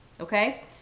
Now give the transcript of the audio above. Okay